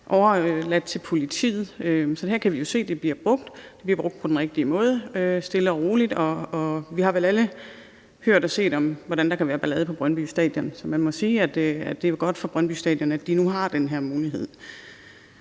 overgivet til politiet. Så her kan vi jo se, at det bliver brugt, og at det bliver brugt på den rigtige måde – stille og roligt. Vi har vel alle hørt om og set, hvordan der kan være ballade på Brøndby Stadion, så man må sige, at det er godt for Brøndby Stadion, at de nu har den her mulighed.